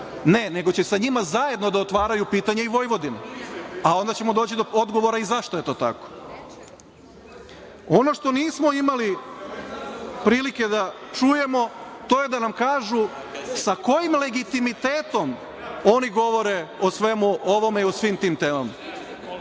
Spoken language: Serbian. Ne, nego će sa njima zajedno da otvaraju pitanje i Vojvodine, a onda ćemo doći do odgovora i zašto je to tako. Ono što nismo imali prilike da čujemo to je da nam kažu, sa kojim legitimitetom oni govore o svemu ovome i o svim tim temama.